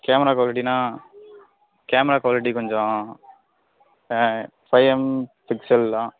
camera குவாலிட்டினா camera quality கொஞ்சம் five M pixel தான்